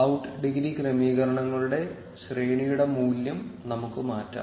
out degree ക്രമീകരണങ്ങളുടെ ശ്രേണിയുടെ മൂല്യം നമുക്ക് മാറ്റാം